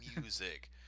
music